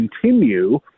continue